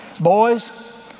Boys